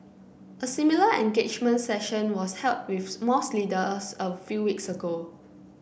a similar engagement session was held with mosque leaders a few weeks ago